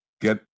get